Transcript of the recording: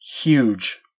huge